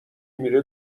میره